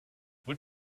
what